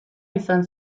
izan